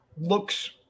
Looks